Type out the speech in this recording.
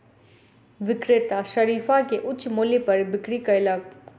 विक्रेता शरीफा के उच्च मूल्य पर बिक्री कयलक